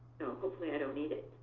hopefully i don't need it.